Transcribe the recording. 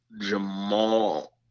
Jamal